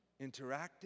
interactive